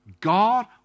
God